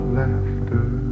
laughter